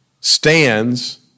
stands